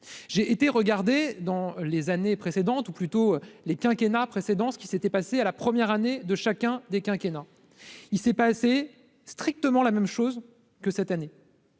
j'ai été regardé dans les années précédentes, ou plutôt les quinquennats précédents, ce qui s'était passé à la première année de chacun des quinquennat il s'est assez strictement la même chose que cette année.